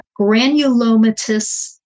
granulomatous